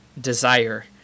desire